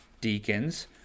deacons